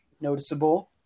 noticeable